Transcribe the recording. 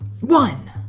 One